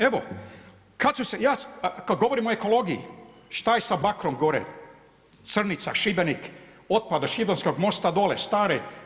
Evo kad su se, kad govorim o ekologiji šta je sa Bakrom gore, Crnica, Šibenik, otpad od šibenskog mosta dole, stare.